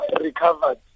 recovered